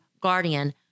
guardian